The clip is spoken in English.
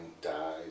died